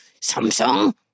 Samsung